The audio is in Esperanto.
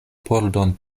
pordon